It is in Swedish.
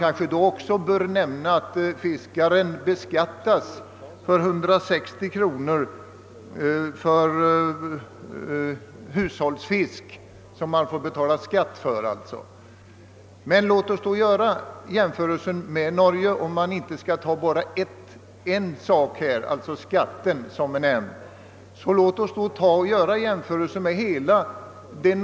Men då bör också påpekas att fiskaren i fråga beskattas för hushållsfisk till ett belopp av 160 kronor. Låt oss då göra en jämförelse med förhållandena för fisket i Norge och inte begränsa oss till att enbart tala om skatten.